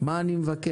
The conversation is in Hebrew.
מה אני מבקש,